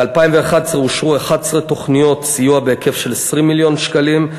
ב-2011 אושרו 11 תוכניות סיוע בהיקף של 20 מיליון שקלים.